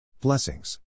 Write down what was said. Blessings